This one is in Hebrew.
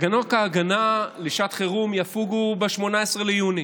תקנות ההגנה לשעת חירום יפוגו ב-18 ביוני.